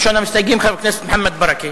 ראשון המסתייגים, חבר הכנסת מוחמד ברכה.